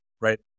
right